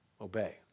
Obey